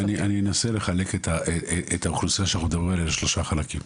אני אנסה לחלק את האוכלוסייה שאנחנו מדברים עליה לשלושה חלקים.